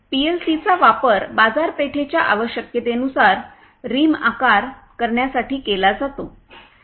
पीएलसीचा वापर बाजारपेठेच्या आवश्यकतेनुसार रिम आकार व्यास करण्यासाठी केला जातो